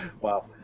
Wow